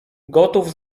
gotów